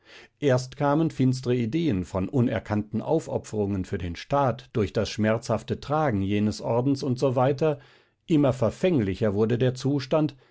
erst kamen finstre ideen von unerkannten aufopferungen für den staat durch das schmerzhafte tragen jenes ordens u s w immer verfänglicher wurde der zustand